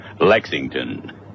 Lexington